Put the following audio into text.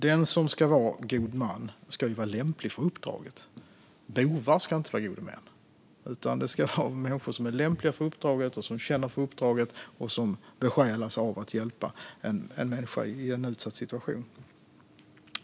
Den som ska vara god man ska vara lämplig för uppdraget. Bovar ska inte vara gode män, utan det ska vara människor som är lämpliga för uppdraget, känner för uppdraget och som besjälas av att hjälpa en människa i en utsatt situation.